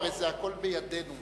הרי זה הכול בידינו.